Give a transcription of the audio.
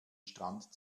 strand